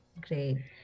Great